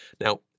Now